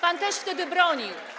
Pan też wtedy go bronił.